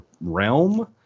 realm